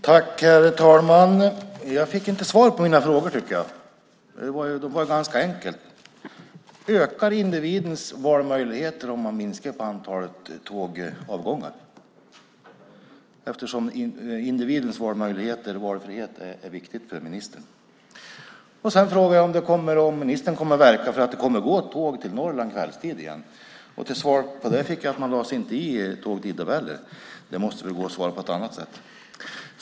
Herr talman! Jag tycker inte att jag fick svar på mina frågor som var ganska enkla. Ökar individens valmöjligheter om man minskar på antalet tågavgångar? Individens valmöjligheter och valfrihet är ju viktigt för ministern. Och kommer ministern att verka för att det igen kommer att gå tåg till Norrland kvällstid? Svaret på den frågan var att man inte lägger sig i tågtidtabeller. Det måste väl gå att svara på ett annat sätt.